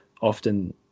often